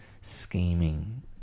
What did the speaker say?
scheming